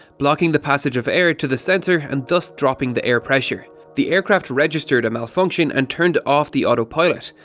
blocked the passage of air to the sensor and thus dropping the air pressure. the aircraft registered a malfunction and turned off the autopilot,